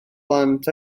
plant